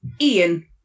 Ian